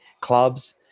clubs